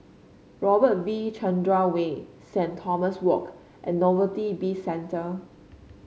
Robert V Chandran Way Saint Thomas Walk and Novelty Bizcentre